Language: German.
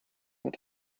mit